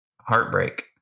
heartbreak